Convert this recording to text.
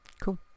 Cool